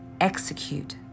execute